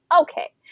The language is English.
okay